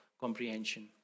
comprehension